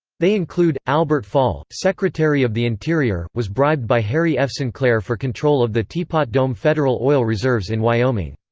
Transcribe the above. they include albert fall, secretary of the interior, was bribed by harry f. sinclair for control of the teapot dome federal oil reserves in wyoming.